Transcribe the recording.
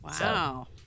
Wow